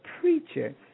preacher